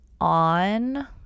on